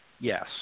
yes